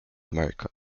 america